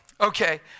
Okay